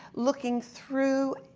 looking through